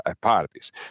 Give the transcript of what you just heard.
parties